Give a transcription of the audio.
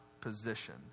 position